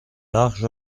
large